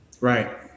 right